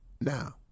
Now